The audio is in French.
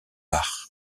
bart